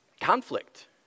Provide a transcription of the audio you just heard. conflict